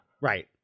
right